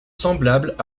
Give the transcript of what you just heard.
semblables